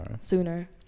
sooner